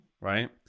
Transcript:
right